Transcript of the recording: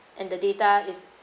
and the data is